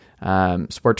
Sports